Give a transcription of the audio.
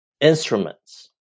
instruments